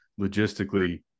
logistically